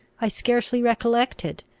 i scarcely recollected,